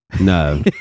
No